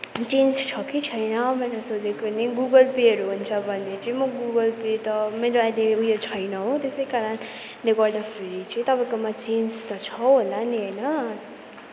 change छ कि छैन भनेर सोधेको नि गुगल पेहरू हुन्छ भने चाहिँ म गुगल पे त मेरो अहिले उयो छैन हो त्यसै कारणले गर्दाफेरि चाहिँ तपाईँकोमा चेन्ज त छ होला नि होइन